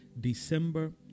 December